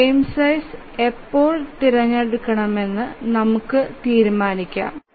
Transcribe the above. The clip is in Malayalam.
ഫ്രെയിം സൈസ് എപ്പോൾ തിരഞെടുക്കണമെന്നു നമ്മൾ തീരുമാനിക്കണം